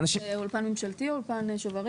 זה אולפן ממשלתי או אולפן שוברים?